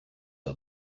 are